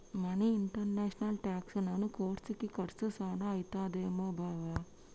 మరి ఇంటర్నేషనల్ టాక్సెసను కోర్సుకి కర్సు సాన అయితదేమో బావా